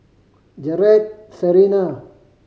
Jaret Serina